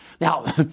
Now